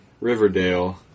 Riverdale